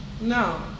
No